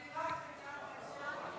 התשפ"ה 2024,